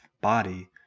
body